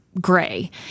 gray